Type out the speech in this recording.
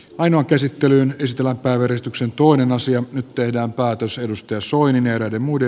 ainoa käsittelyyn ystävänpäiväristuksen tuoneen asian nyt tehdään päätös timo soinin ynnä muuta